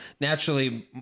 naturally